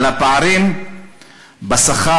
על הפערים בשכר,